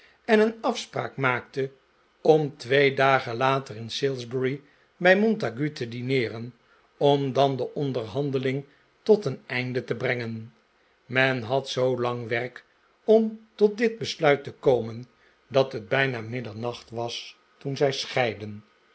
en een afspraak maakte om twee dagen later in salisbury bij montague te dineeren om dan de onderhandeling tot een einde te brengen men had zoolang werk om tot dit besluit te komen dat het bijna middernacht was toen zij scheidden